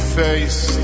face